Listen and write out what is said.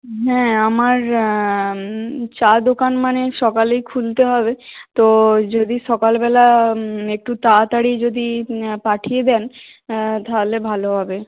হ্যাঁ আমার চা দোকান মানে সকালেই খুলতে হবে তো ওই যদি সকাল বেলা একটু তাড়াতাড়ি যদি পাঠিয়ে দেন তাহলে ভালো হবে